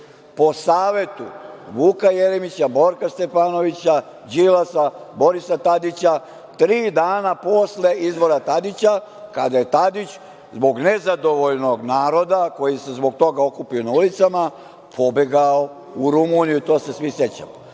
po savetu Vuka Jeremića, Borka Stefanović, Đilasa, Borisa Tadića. Tri dana posle izbora Tadića, kada je Tadić zbog nezadovoljnog naroda, koji se zbog toga okupio na ulicama, pobegao u Rumuniju. Toga se svi sećamo. Ukoliko